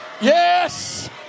yes